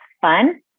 fun